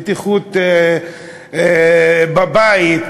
בטיחות בבית,